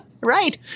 Right